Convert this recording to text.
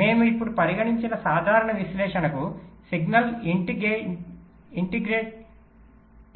మేము ఇప్పుడు పరిగణించిన సాధారణ విశ్లేషణకు సిగ్నల్ ఇంటిగ్రేట్